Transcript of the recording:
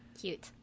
Cute